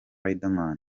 riderman